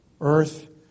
earth